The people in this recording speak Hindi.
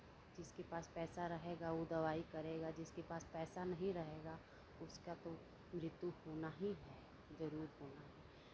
जिसके पास पैसा रहेगा वो दवाई करेगा जिसके पास नहीं रहेगा उसका तो मृत्यु होना ही है जरूर होना है